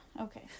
okay